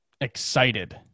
Excited